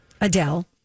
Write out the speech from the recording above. Adele